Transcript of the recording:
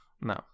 No